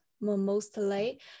mostly